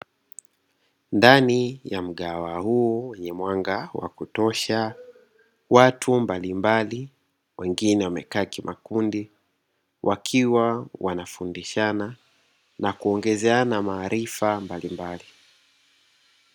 Ndani ya mgahawa huu wenye mwanga wa kutosha, watu mbalimbali wengine wamekaa kimakundi wakiwa wanafundishana na kuongezeana maarifa mbalimbali.